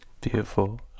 beautiful